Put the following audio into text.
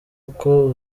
uko